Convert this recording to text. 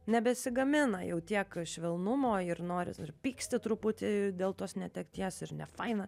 nebesigamina jau tiek švelnumo ir noris ir pyksti truputį dėl tos netekties ir nefaina